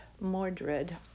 Mordred